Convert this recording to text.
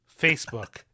Facebook